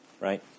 Right